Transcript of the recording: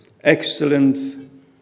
excellent